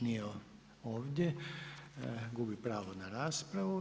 Nije ovdje, gubi pravo na raspravu.